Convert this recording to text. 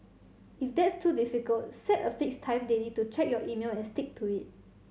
if that's too difficult set a fixed time daily to check your email and stick to it